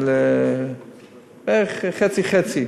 בערך חצי-חצי,